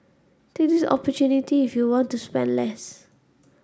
this is opportunity if you want to spend less